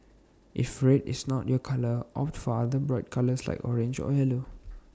if red is not your colour opt for other bright colours like orange or yellow